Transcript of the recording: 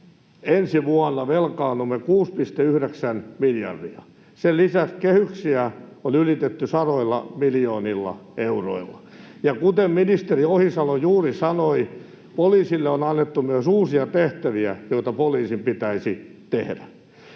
ensi vuonna velkaannumme 6,9 miljardia. Sen lisäksi kehyksiä on ylitetty sadoilla miljoonilla euroilla. Ja kuten ministeri Ohisalo juuri sanoi, poliisille on annettu myös uusia tehtäviä, joita poliisin pitäisi tehdä.